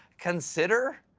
consider?